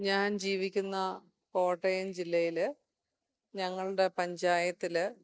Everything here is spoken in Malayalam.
ഞാൻ ജീവിക്കുന്ന കോട്ടയം ജില്ലയില് ഞങ്ങളുടെ പഞ്ചായത്തില്